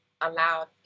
allowed